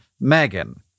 Megan